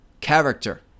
character